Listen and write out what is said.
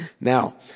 Now